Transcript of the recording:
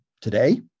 today